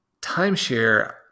timeshare